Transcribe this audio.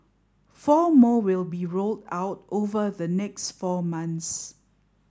four more will be rolled out over the next four months